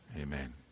Amen